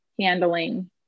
handling